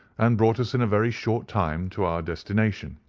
and brought us in a very short time to our destination.